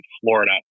Florida